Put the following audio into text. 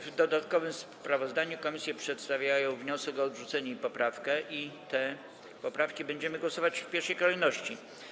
W dodatkowym sprawozdaniu komisje przedstawiają wniosek o odrzucenie i poprawkę, nad którymi będziemy głosować w pierwszej kolejności.